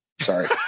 sorry